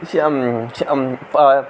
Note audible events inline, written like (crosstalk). (unintelligible)